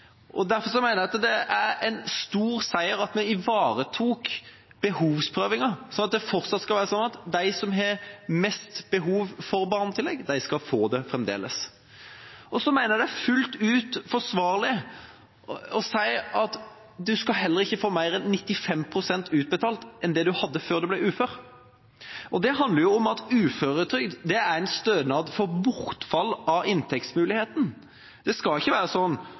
Og derfor mener jeg at det er en stor seier at vi ivaretok behovsprøvinga, så det fortsatt skal være sånn at de som har mest behov for barnetillegg, skal få det fremdeles. Så mener jeg det er fullt ut forsvarlig å si at en heller ikke skal få mer enn 95 pst. utbetalt enn det en hadde før en ble ufør. Det handler om at uføretrygd er en stønad for bortfall av inntektsmuligheten. Det skal ikke være sånn